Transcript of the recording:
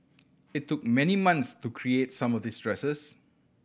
it took many months to create some of these dresses